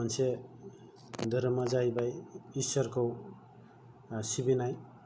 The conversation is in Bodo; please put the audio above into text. मोनसे धोरोमा जाहैबाय ईसोरखौ सिबिनाय